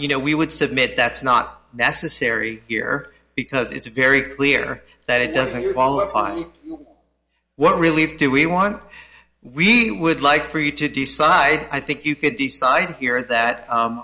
you know we would submit that's not necessary here because it's very clear that it doesn't your follow up on what relieve do we want we would like for you to decide i think you could decide here that